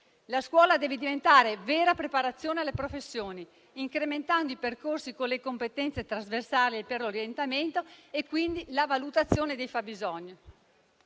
la scuola deve diventare vera preparazione alle professioni, incrementando i percorsi con le competenze trasversali e per l'orientamento e, quindi, la valutazione dei fabbisogni.